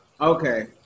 Okay